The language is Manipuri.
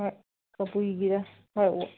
ꯍꯣꯏ ꯀꯕꯨꯏꯒꯤꯔꯥ ꯍꯣꯏ